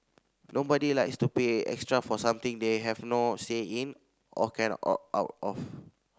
nobody likes to pay extra for something they have no say in or cannot opt out of